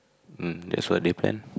mm that's what they plan